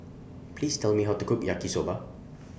Please Tell Me How to Cook Yaki Soba